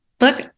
look